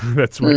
that's.